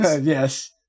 Yes